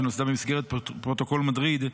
שנוסדה במסגרת פרוטוקול מדריד,